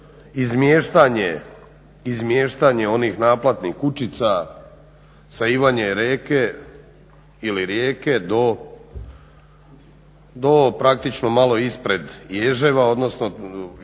izmještanje onih naplatnih kućica sa Ivanje Reke do praktično malo ispred Ježeva odnosno da